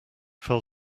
fell